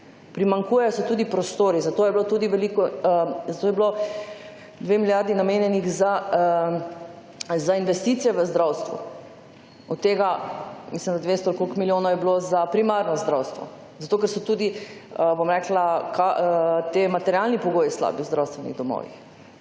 Primanjkuje tudi prostorov, zato je bilo 2 milijardi namenjenih za investicije v zdravstvu. Od tega mislim, da 200 ali koliko milijonov je bilo za primarno zdravstvo, zato ker so tudi, bom rekla, ti materialni pogoji slabi v zdravstvenih domovih.